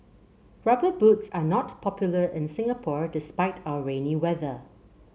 rubber boots are not popular in Singapore despite our rainy weather